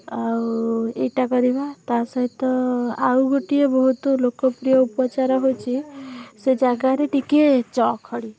ଆଉ ଏଇଟା କରିବା ତା'ସହିତ ଆଉ ଗୋଟିଏ ବହୁତ ଲୋକପ୍ରିୟ ଉପଚାର ହେଉଛି ସେ ଜାଗାରେ ଟିକିଏ ଚକ୍ ଖଡ଼ି